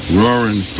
roaring